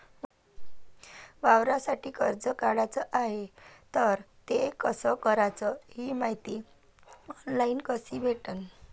वावरासाठी कर्ज काढाचं हाय तर ते कस कराच ही मायती ऑनलाईन कसी भेटन?